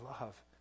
love